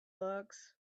looks